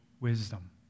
wisdom